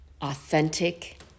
authentic